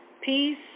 peace